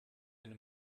eine